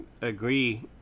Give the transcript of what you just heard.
agree